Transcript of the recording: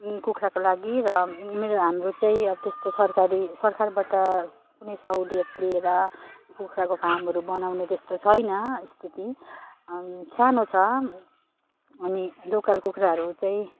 कुखुराको लागि र मेरो हाम्रो चाहिँ अब त्यस्तो सरकारी सरखारबाट कुनै सहुलियत लिएर कुखुराको फार्महरू बनाउने त्यस्तो छैन स्थिति सानो छ अनि लोकल कुखुराहरू चाहिँ